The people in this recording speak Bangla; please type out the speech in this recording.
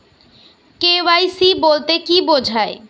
কে.ওয়াই.সি বলতে কি বোঝায়?